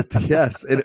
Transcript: yes